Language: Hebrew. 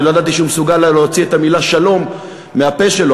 אני לא ידעתי שהוא מסוגל להוציא את המילה "שלום" מהפה שלו.